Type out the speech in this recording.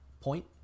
point